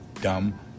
dumb